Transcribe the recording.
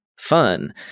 fun